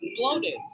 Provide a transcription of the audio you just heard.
bloated